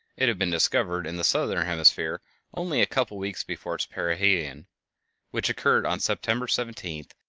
it had been discovered in the southern hemisphere only a couple of weeks before its perihelion, which occurred on september seventeenth,